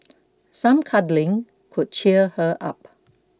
some cuddling could cheer her up